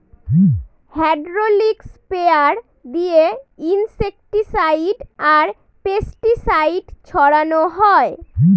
hydraulic sprayer দিয়ে insecticide আর pesticide ছড়ানো হয়